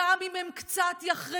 גם אם הם קצת יחרגו,